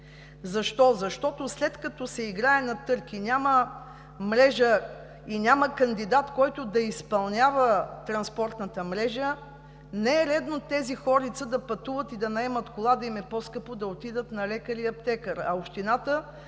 Защо? Защото, след като се играе на търг и няма мрежа и няма кандидат, който да изпълнява транспортната мрежа, не е редно тези хорица да наемат кола, за да пътуват, да им е по-скъпо да отидат на лекар и аптекар,